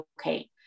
okay